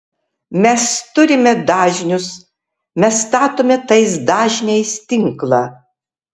mes turime dažnius mes statome tais dažniais tinklą